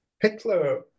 Hitler